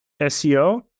SEO